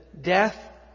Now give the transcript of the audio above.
death